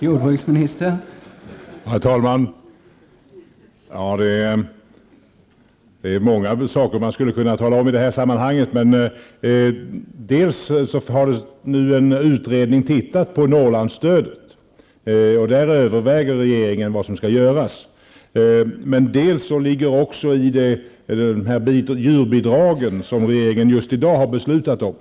Herr talman! Det är många saker man skulle kunna tala om i det här sammanhanget. Dels har nu en utredning tittat på Norrlandsstödet, och där överväger regeringen vad som skall göras. Dels ingår här också djurbidragen, som regeringen just i dag beslutat om.